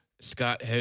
Scott